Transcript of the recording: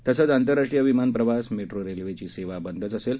तसेच आंतरराष्ट्रीय विमान प्रवास मेट्रो रेल्वेची सेवा बंदच असेल